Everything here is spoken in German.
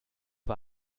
war